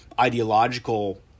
ideological